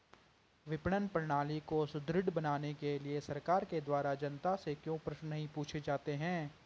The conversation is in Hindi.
विपणन प्रणाली को सुदृढ़ बनाने के लिए सरकार के द्वारा जनता से क्यों प्रश्न नहीं पूछे जाते हैं?